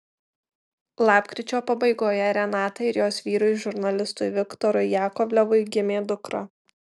lapkričio pabaigoje renatai ir jos vyrui žurnalistui viktorui jakovlevui gimė dukra